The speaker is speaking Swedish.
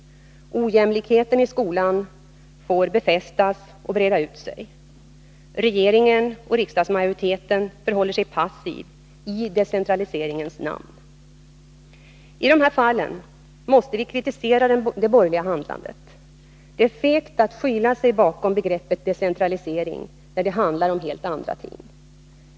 Ojämlikheten i skolan får befästas och breda ut sig. Regeringen och riksdagsmajoriteten förhåller sig passiva — i decentraliseringens namn. I dessa fall måste vi kritisera det borgerliga handlandet. Det är fegt att skyla sig bakom begreppet decentralisering när det handlar om helt andra ting.